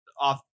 off